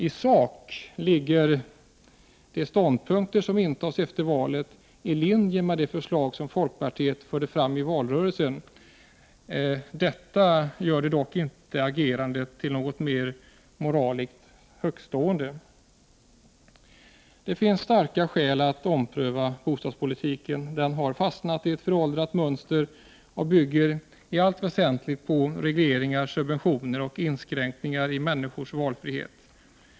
I sak ligger de ståndpunkter som intagits efter valet i linje med de förslag som folkpartiet förde fram i valrörelsen. Detta gör dock inte agerandet till något moraliskt mer högtstående. Det finns starka skäl för att ompröva bostadspolitiken. Den har fastnat i ett föråldrat mönster och bygger i allt väsentligt på regleringar, subventioner och inskränkningar i människors valfrihet.